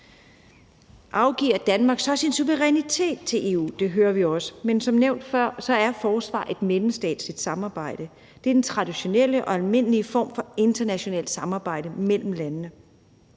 Afgiver Danmark så sin suverænitet til EU? Det hører vi også, men som nævnt før er forsvar et mellemstatsligt samarbejde. Det er den traditionelle og almindelige form for internationalt samarbejde mellem landene.